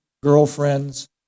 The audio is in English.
girlfriends